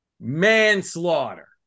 manslaughter